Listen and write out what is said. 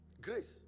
Grace